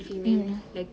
mm